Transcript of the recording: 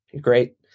great